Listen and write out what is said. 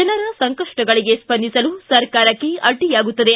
ಜನರ ಸಂಕಷ್ನಗಳಿಗೆ ಸ್ಸಂದಿಸಲು ಸರ್ಕಾರಕ್ಕೆ ಅಡ್ಡಿಯಾಗುತ್ತದೆ